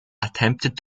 attempted